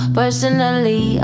personally